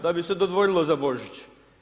Da bi se dodvorilo za Božić.